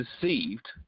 deceived